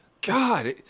God